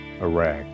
Iraq